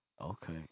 Okay